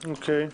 טוב.